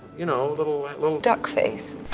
you know little, little duck face